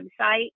website